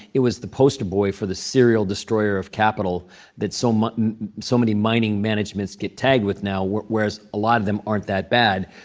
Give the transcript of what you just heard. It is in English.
it was the poster boy for the serial destroyer of capital that so but and so many mining managements get tagged with now, whereas a lot of them aren't that bad.